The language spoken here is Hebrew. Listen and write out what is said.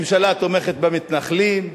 ממשלה התומכת במתנחלים,